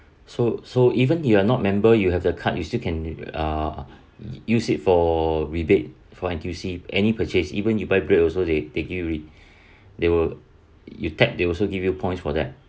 so so even if you are not member you have the card you still can uh use it for rebate for N_T_U_C any purchase even you buy bread also they they give you they will you tap they also give your points for that